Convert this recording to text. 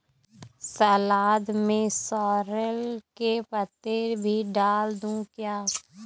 सलाद में सॉरेल के पत्ते भी डाल दूं क्या?